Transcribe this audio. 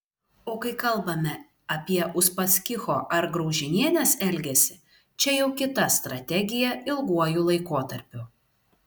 o kai kalbame apie uspaskicho ar graužinienės elgesį čia jau kita strategija ilguoju laikotarpiu